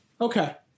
Okay